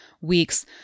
weeks